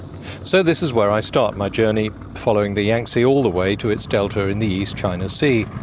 so this is where i start my journey, following the yangtze all the way to its delta in the east china sea.